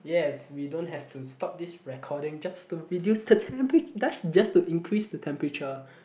yes we don't have to stop this recording just to reduce the temperature that's just to increase the temperature